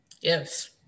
Yes